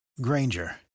Granger